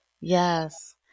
Yes